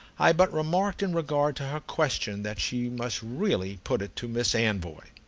i but remarked in regard to her question that she must really put it to miss anvoy.